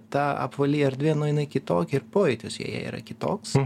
ta apvali erdvė nu jinai kitokia ir pojūtis joje yra kitoks